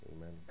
Amen